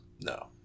No